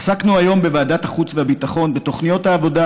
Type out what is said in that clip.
עסקנו היום בוועדת החוץ והביטחון בתוכניות העבודה